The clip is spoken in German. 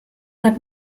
hat